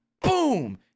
Boom